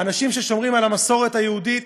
האנשים ששומרים על המסורת היהודית,